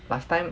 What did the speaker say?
last time